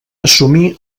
assumir